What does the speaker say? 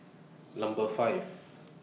Number five